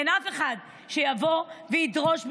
אין אף אחד שיבוא וידרוש בשבילם.